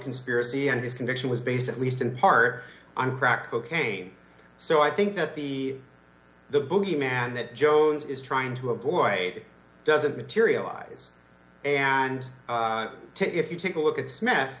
conspiracy and his conviction was based at least in part on crack cocaine so i think that the the bogeyman that joe's is trying to avoid doesn't materialize and to if you take a look at smith